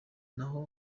n’aho